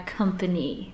company